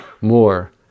more